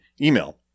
email